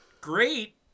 great